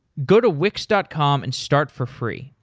go to wix dot com and start for free.